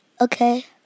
Okay